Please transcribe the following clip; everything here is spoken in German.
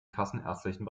kassenärztlichen